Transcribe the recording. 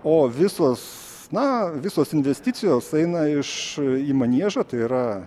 o visos na visos investicijos eina iš maniežo tai yra